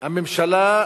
מהממשלה,